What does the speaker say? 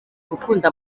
gukunda